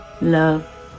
love